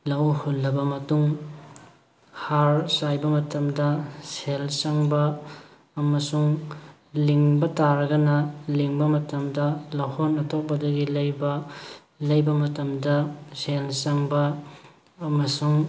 ꯂꯧ ꯍꯨꯜꯂꯕ ꯃꯇꯨꯡ ꯍꯥꯔ ꯆꯥꯏꯕ ꯃꯇꯝꯗ ꯁꯦꯜ ꯆꯪꯕ ꯑꯃꯁꯨꯡ ꯂꯤꯡꯕ ꯇꯥꯔꯒꯅ ꯂꯤꯡꯕ ꯃꯇꯝꯗ ꯂꯧꯍꯣꯟ ꯑꯇꯣꯞꯄꯗꯒꯤ ꯂꯩꯕ ꯂꯩꯕ ꯃꯇꯝꯗ ꯁꯦꯜ ꯆꯪꯕ ꯑꯃꯁꯨꯡ